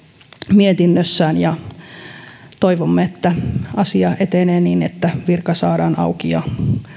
mietinnössään ja toivomme että asia etenee niin että virka saadaan auki ja